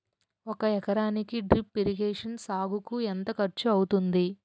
ఒక ఎకరానికి drip irrigation సాగుకు ఎంత ఖర్చు అవుతుంది?